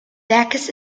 werks